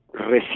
recién